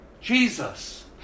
Jesus